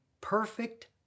perfect